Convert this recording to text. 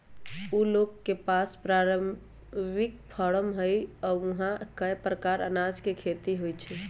उ लोग के पास परिवारिक फारम हई आ ऊहा कए परकार अनाज के खेती होई छई